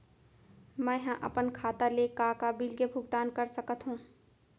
मैं ह अपन खाता ले का का बिल के भुगतान कर सकत हो